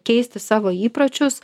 keisti savo įpročius